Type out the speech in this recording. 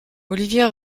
olivia